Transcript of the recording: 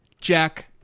Jack